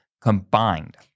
combined